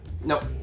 Nope